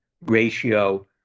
ratio